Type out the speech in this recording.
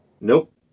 Nope